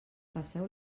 passeu